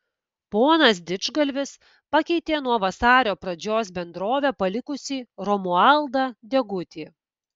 ponas didžgalvis pakeitė nuo vasario pradžios bendrovę palikusį romualdą degutį